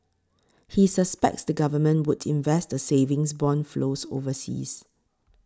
he suspects the government would invest the savings bond flows overseas